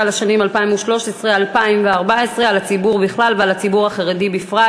לשנים 2013 2014 על הציבור בכלל ועל הציבור החרדי בפרט